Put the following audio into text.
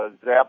Zap